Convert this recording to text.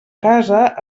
casa